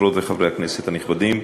חברות וחברי הכנסת הנכבדים,